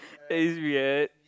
that is weird